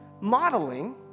modeling